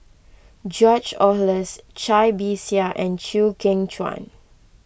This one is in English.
George Oehlers Cai Bixia and Chew Kheng Chuan